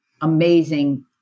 amazing